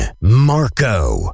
Marco